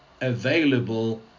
available